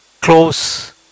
close